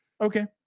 Okay